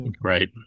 Right